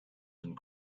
and